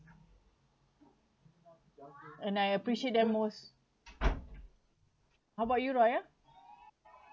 and I appreciate them most how about you raya